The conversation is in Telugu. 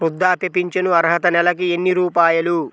వృద్ధాప్య ఫింఛను అర్హత నెలకి ఎన్ని రూపాయలు?